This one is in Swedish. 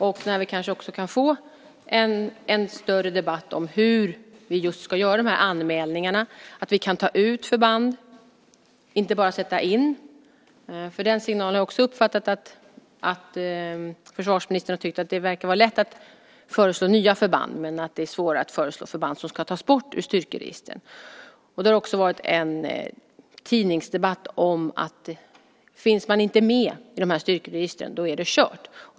Då kan vi kanske få en större debatt om hur vi ska göra dessa anmälningar, att vi kan ta ut förband och inte bara sätta in. Jag har uppfattat att försvarsministern har tyckt att det verkar vara lätt att föreslå nya förband men att det är svårare att föreslå förband som ska tas bort ur styrkeregistret. Det har också varit en tidningsdebatt om att om man inte finns med i dessa styrkeregister så är det kört.